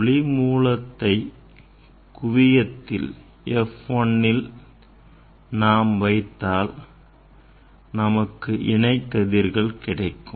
ஒளி மூலத்தை குவியத்தில் F1 நாம் வைத்தால் நமக்கு இணை கதிர்கள் கிடைக்கும்